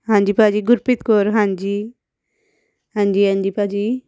ਹਾਂਜੀ ਭਾਅ ਜੀ ਗੁਰਪ੍ਰੀਤ ਕੌਰ ਹਾਂਜੀ ਹਾਂਜੀ ਹਾਂਜੀ ਭਾਅ ਜੀ